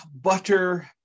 butter